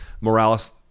Morales